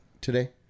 Today